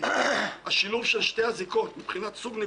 נפניתי לבחון את טיבה של הפעולה שנקט חבר הכנסת